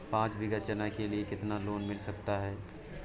पाँच बीघा चना के लिए कितना लोन मिल सकता है?